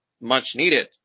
much-needed